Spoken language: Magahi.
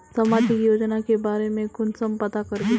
सामाजिक योजना के बारे में कुंसम पता करबे?